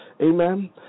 Amen